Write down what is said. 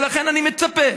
לכן אני מצפה